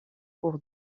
pour